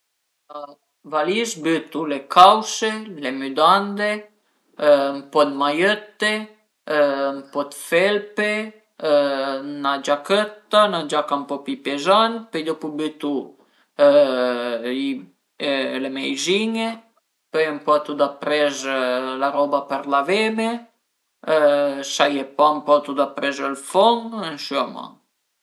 Alura varderìu sicürament cum al e ël telaio suta, s'al e ënter o s'al e ën camin ch'a marsa, pöi vardu le cundisiun d'le rue, s'a sun bun-e o se a sun da cambié, pöi vardu ël mutur cum al e stait tenü e pöi vardu i interni s'a sun bun o s'a sun ruvinà